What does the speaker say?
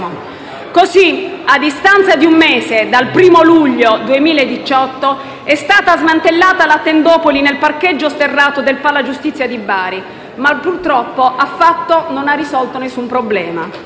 Così, a distanza di un mese, dal 1° luglio 2018, è stata smantellata la tendopoli nel parcheggio sterrato del Palagiustizia di Bari, ma purtroppo ciò non ha affatto risolto alcun problema.